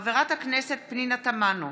חברת הכנסת פנינה תמנו,